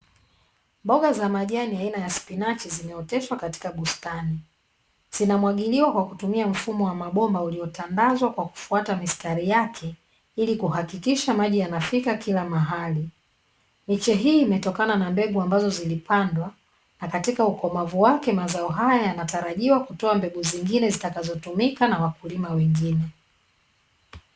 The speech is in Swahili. Mboga za majani aina ya spinachi zimeoteshwa katika bustani, zinamwagiliwa kwa kutumia mfumo wa mabomba uliotandazwa kwa kufuata mistari yake ili kuhakikisha maji yanafika kila mahali. Miche hii imetokana na mbegu ambazo zilipandwa na katika ukomavu wake mazao haya yanatarajiwa kutoa mbegu nyingine zitakazotumika na wakulima wengine.